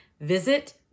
Visit